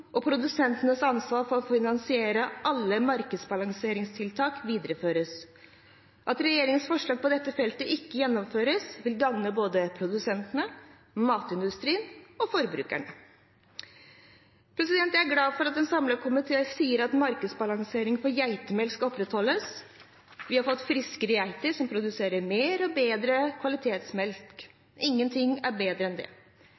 og produsentenes ansvar for å finansiere alle markedsbalanseringstiltak videreføres. At regjeringens forslag på dette feltet ikke gjennomføres, vil gagne både produsentene, matindustrien og forbrukerne. Jeg er glad for at en samlet komité sier at markedsbalanseringen for geitemelk skal opprettholdes. Vi har fått friskere geiter, som produserer mer og bedre kvalitetsmelk. Ingenting er bedre enn det.